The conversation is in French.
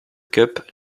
cup